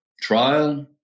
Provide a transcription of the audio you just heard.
trial